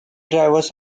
drivers